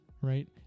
right